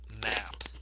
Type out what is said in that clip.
map